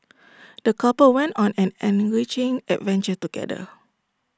the couple went on an enriching adventure together